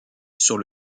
sur